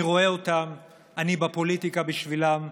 אני רואה אותם ואני בפוליטיקה בשבילם.